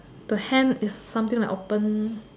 the hand is something like open